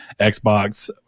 Xbox